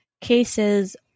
cases